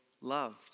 loved